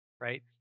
right